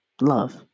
love